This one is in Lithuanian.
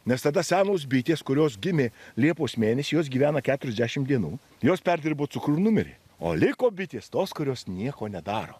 nes tada senos bitės kurios gimė liepos mėnesį jos gyvena keturiasdešim dienų jos perdirbo cukrų ir numirė o liko bitės tos kurios nieko nedaro